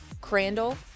Crandall